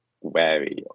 wary